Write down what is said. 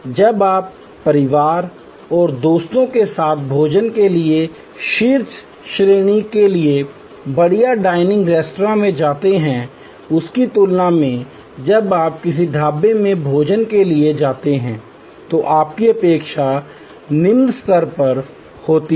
जब आप परिवार और दोस्तों के साथ भोजन के लिए शीर्ष श्रेणी के बढ़िया डाइनिंग रेस्तरां में जाते हैं उसकी तुलना में जब आप किसी ढाबे में भोजन के लिए जाते हैं तो आपकी अपेक्षा निम्न स्तर पर होती है